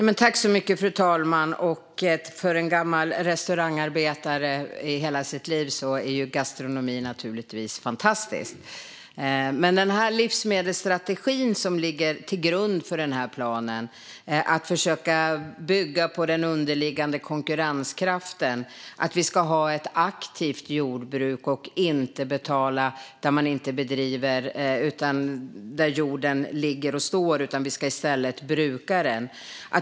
Fru talman! För mig som gammal restaurangarbetare är gastronomi naturligtvis fantastiskt. Men den livsmedelsstrategi som ligger till grund för den här planen handlar om att försöka bygga på den underliggande konkurrenskraften. Vi ska ha ett aktivt jordbruk och inte betala för jord som ligger, utan vi ska bruka den.